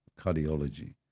cardiology